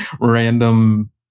random